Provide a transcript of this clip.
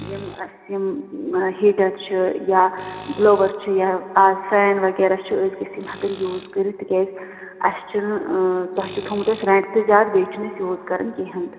یِم اَسہِ یِم ہیٖٹر چھِ یا بُلووَر چھِ یا اَز فیٚن وغیٚرہ چھِ أسۍ گٔژھۍ یِم ہیٚکٕنۍ یوٗز کٔرِتھ تِکیٛازِ اَسہِ چھُنہٕ تۅہہِ چھُو تھوٚومُت اَسہِ ریٚنٛٹ تہِ زیادٕ بیٚیہِ چھِنہٕ أسۍ یوٗز کَران کِہیٖنٛۍ تہِ